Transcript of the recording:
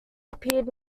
appeared